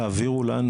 תעבירו לנו